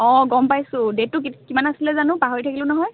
অঁ গম পাইছোঁ ডেটটো কে কিমান আছিলে পাহৰি থাকিলোঁ নহয়